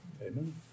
Amen